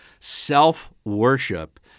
Self-worship